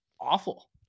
awful